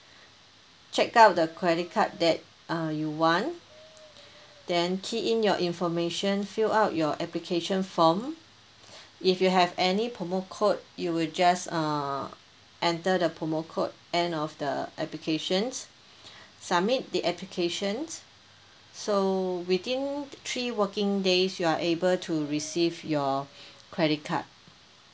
check out the credit card that uh you want then key in your information fill up your application form if you have any promo code you will just uh enter the promo code end of the applications submit the applications so within three working days you are able to receive your credit card